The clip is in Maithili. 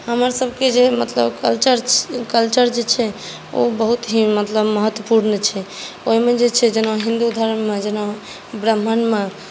हमर सभके जे मतलब कल्चर जे छै ओ बहुत ही मतलब महत्वपुर्ण छै ओहिमे जे छै जेना हिन्दु धर्ममे जेना ब्राम्हणमे